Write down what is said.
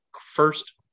first